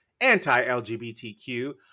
anti-LGBTQ